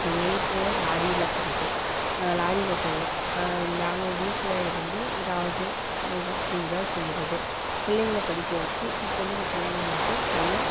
எங்ள் வீட்டுக்கார் லாரியில் போகிறது லாரி ஓட்டுறது நாங்கள் வீட்டில் இருந்து எதாவது சங்கம் அப்படி எதாவது செய்கிறது பிள்ளைங்கள படிக்க வெச்சு ஒரு பொண்ணுக்கு கல்யாணம் பண்ணிவிட்டோம் பையன்